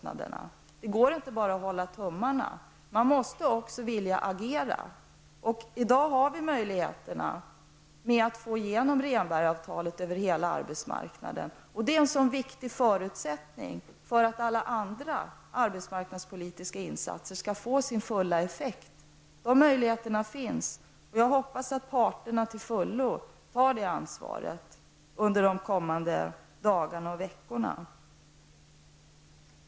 Men det är inte tillräckligt att bara hålla tummen, utan man måste också vilja agera. I dag har vi möjlighet att få igenom Rehnbergavtalet över hela arbetsmarknaden. Det är en viktig förutsättning för att alla andra arbetsmarknadspolitiska insatser skall få full effekt. Den möjligheten finns alltså. Jag hoppas att parterna till fullo tar sitt ansvar under de kommande dagarna och veckorna.